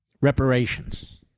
Reparations